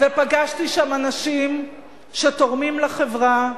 ופגשתי שם אנשים שתורמים לחברה,